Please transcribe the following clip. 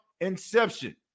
inception